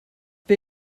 wir